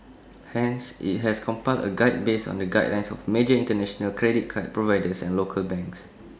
hence IT has compiled A guide based on the guidelines of major International credit card providers and local banks